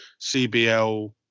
CBL